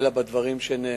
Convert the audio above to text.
אלא בדברים שנאמרו,